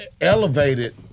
elevated